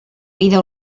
vida